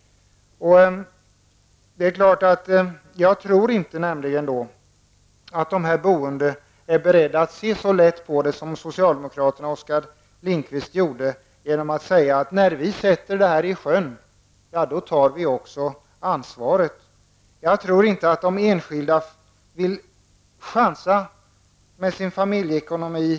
Jag tror inte att de boende är beredda att se så lätt på saken som socialdemokraterna och Oskar Lindkvist gör genom att säga: När det här sätts i sjön, då tar vi också ansvaret. De enskilda vill nog inte göra några chansningar i fråga om familjeekonomin.